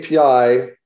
API